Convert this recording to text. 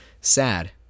sad